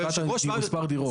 יותר פטורים במובן של מספר דירות.